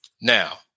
Now